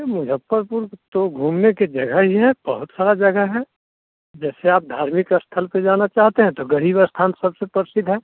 मुज़फ्फफ़्फ़रपुर तो घूमने के जगह ही है बहुत सारी जगहें हैँ जैसे आप धार्मिक स्थल पर जाना चाहते हैं तो ग़ ग़रीब स्थान सबसे प्रसिद्ध है